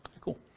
Cool